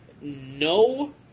no